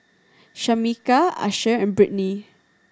Shameka Asher and Brittany